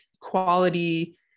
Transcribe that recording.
quality